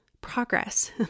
progress